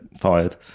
fired